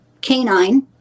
canine